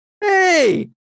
Hey